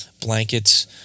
blankets